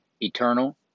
eternal